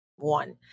One